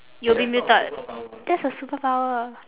you'll be muted that's a superpower